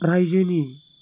रायजोनि